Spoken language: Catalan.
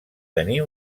tenir